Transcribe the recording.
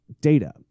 data